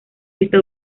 está